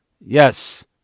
yes